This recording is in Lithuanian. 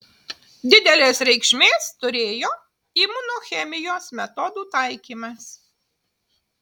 didelės reikšmės turėjo imunochemijos metodų taikymas